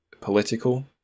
political